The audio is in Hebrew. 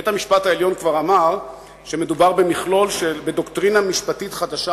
בית-המשפט העליון כבר אמר שמדובר בדוקטרינה משפטית חדשה,